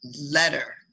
letter